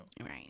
Right